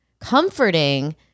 comforting